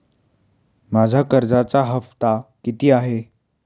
माझा कर्जाचा हफ्ता किती आहे?